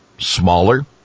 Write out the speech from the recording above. Smaller